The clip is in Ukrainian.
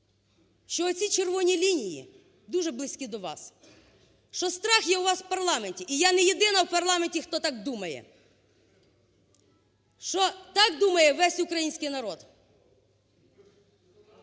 що оці "червоні лінії" дуже близькі до вас. Що страх є у вас в парламенті і я не єдина в парламенті хто так думає. Що так думає весь український народ!